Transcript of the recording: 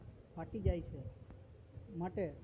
ફાટી જાય છે માટે